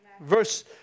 verse